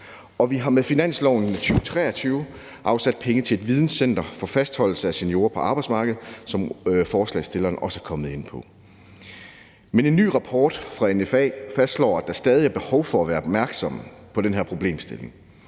og vi har med finansloven i 2023 afsat penge til et videnscenter for fastholdelse af seniorer på arbejdsmarkedet, som forslagsstilleren også er kommet ind på. Men en ny rapport fra NFA fastslår, at der stadig er behov for at være opmærksom på den her problemstilling.